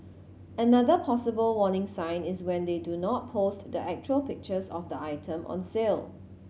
another possible warning sign is when they do not post the actual pictures of the item on sale